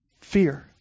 Fear